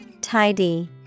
Tidy